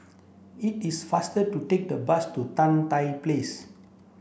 it is faster to take the bus to Tan Tye Place